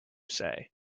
say